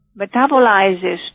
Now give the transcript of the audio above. metabolizes